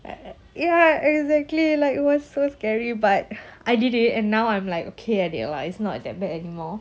uh ya exactly like it was so scary but I did it and now I'm like okay like that lah it's not as that bad anymore